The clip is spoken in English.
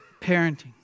parenting